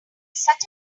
such